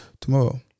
tomorrow